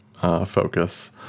focus